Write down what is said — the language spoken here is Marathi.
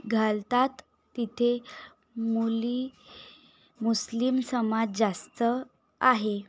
घालतात तिथे मुली मुस्लिम समाज जास्त आहे